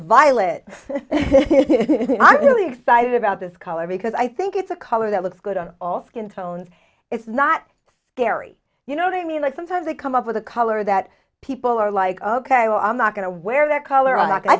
violet i'm really excited about this color because i think it's a color that looks good on all skin tones it's not scary you know to me and i sometimes they come up with a color that people are like ok well i'm not going to wear their color